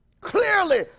clearly